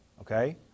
Okay